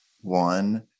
one